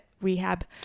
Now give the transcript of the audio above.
rehab